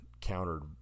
countered